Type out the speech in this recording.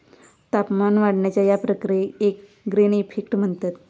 तापमान वाढण्याच्या या प्रक्रियेक ग्रीन इफेक्ट म्हणतत